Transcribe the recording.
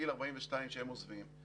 כשהם עוזבים בגיל 42,